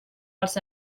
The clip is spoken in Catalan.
els